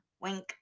Wink